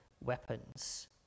weapons